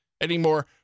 anymore